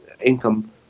income